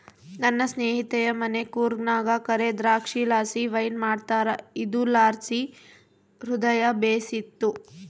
ನನ್ನ ಸ್ನೇಹಿತೆಯ ಮನೆ ಕೂರ್ಗ್ನಾಗ ಕರೇ ದ್ರಾಕ್ಷಿಲಾಸಿ ವೈನ್ ಮಾಡ್ತಾರ ಇದುರ್ಲಾಸಿ ಹೃದಯ ಬೇಶಿತ್ತು